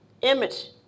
image